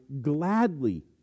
gladly